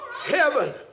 Heaven